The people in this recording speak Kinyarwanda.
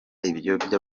ibinyoma